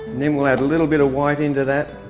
then we'll add a little bit of white into that.